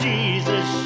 Jesus